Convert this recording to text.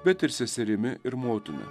bet ir seserimi ir motina